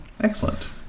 Excellent